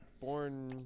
born